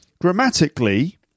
Grammatically